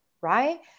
right